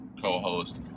co-host